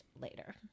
later